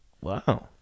Wow